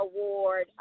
Award